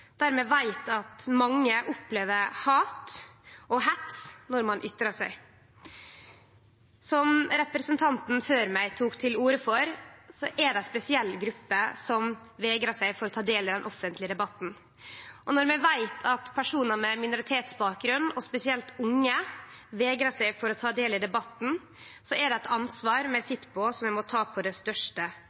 der vi veit at mange opplever hat og hets når dei ytrar seg. Som representanten før meg tok opp, er det ei spesiell gruppe som vegrar seg for å ta del i den offentlege debatten. Når vi veit at personar med minoritetsbakgrunn, og spesielt unge, vegrar seg for å ta del i debatten, er det eit ansvar vi sit på som vi må ta på det største